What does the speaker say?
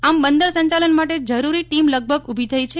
આમ બંદર સંચાલન માટે જરૂરી ટીમ લગભગ ઊભી થઈ છે